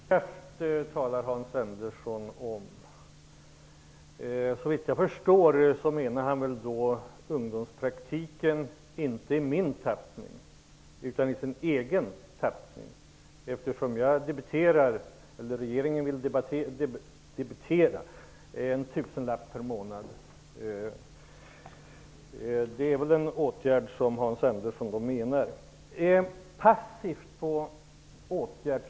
Herr talman! Gratis arbetskraft talar Hans Andersson om. Såvitt jag förstår menar han då ungdomspraktiken, men inte i min utan i sin egen tappning. Regeringen vill ju debitera en tusenlapp per månad. Hans Andersson menar kanske att det är en passiv åtgärd.